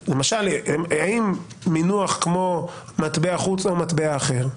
האם מינוח כמו מטבע חוץ או מטבע אחר,